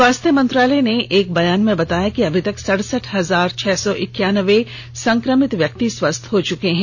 स्वास्थ्य मंत्रालय ने एक बयान में बताया कि अभी तक सरसठ हजार छह सौ एकानवे संक्रमित व्यंक्ति स्वस्थ हो चुके हैं